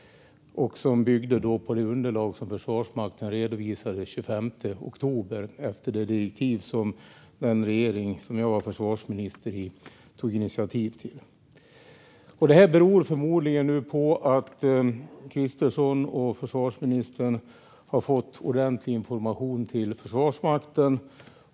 Paketet bygger på det underlag som Försvarsmakten redovisade den 25 oktober, i enlighet med det direktiv som den regering jag var försvarsminister i tog initiativ till. Det här beror förmodligen på att Kristersson och försvarsministern har fått ordentlig information från Försvarsmakten.